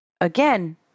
again